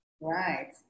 Right